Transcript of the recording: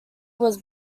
was